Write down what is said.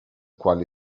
quale